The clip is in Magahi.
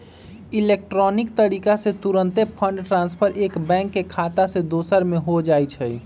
इलेक्ट्रॉनिक तरीका से तूरंते फंड ट्रांसफर एक बैंक के खता से दोसर में हो जाइ छइ